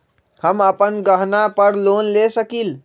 हम अपन गहना पर लोन ले सकील?